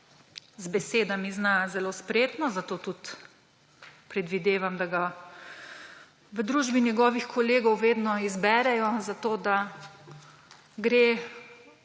Z besedami zna zelo spretno, zato tudi predvidevam, da ga v družbi njegovih kolegov vedno izberejo za to, da gre